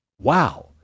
Wow